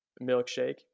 Milkshake